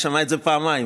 שמע את זה פעמיים.